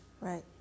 Right